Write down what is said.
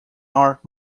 art